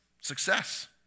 success